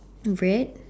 red